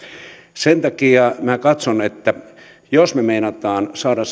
sen takia katson että jos me meinaamme saada